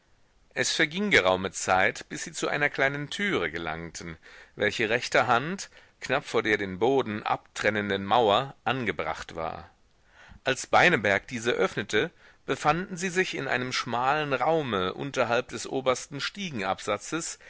es verging geraume zeit bis sie zu einer kleinen türe gelangten welche rechter hand knapp vor der den boden abtrennenden mauer angebracht war als beineberg diese öffnete befanden sie sich in einem schmalen raume unterhalb des obersten